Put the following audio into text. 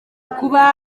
kuba